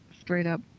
straight-up